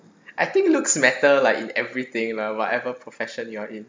I think looks matter like in everything lah whatever profession you are in